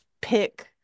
pick